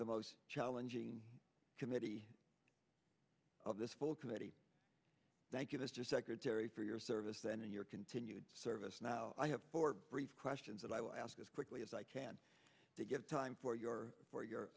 the most challenging committee of this full committee thank you mr secretary for your service and your continued service now i have four brief questions that i will ask as quickly as i can to give time for your for your